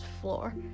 floor